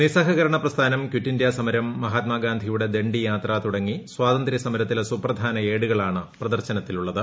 നിസ്സഹകരണ പ്രസ്ഥാനം quit India സമരം മഹാത്മാഗാന്ധിയുടെ ദണ്ഡിയാത്ര തുടങ്ങി സ്വാതന്ത്ര്യസമരത്തിലെ സുപ്രധാന ഏടുകളാണ് പ്രദർശനത്തിനുള്ളത്